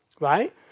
Right